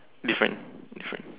different different